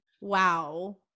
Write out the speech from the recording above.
wow